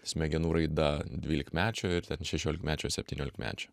smegenų raida dvylikmečio ir ten šešiolikmečio septyniolikmečio